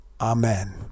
Amen